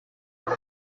what